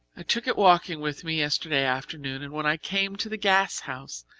i took it walking with me yesterday afternoon, and when i came to the gas house,